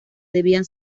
debían